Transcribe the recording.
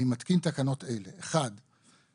אני מתקין תקנות אלה: תיקון